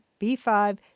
B5